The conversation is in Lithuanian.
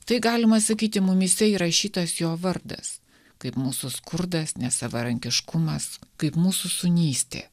tai galima sakyti mumyse įrašytas jo vardas kaip mūsų skurdas nesavarankiškumas kaip mūsų sūnystė